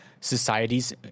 societies